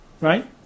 Right